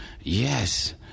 yes